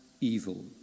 evil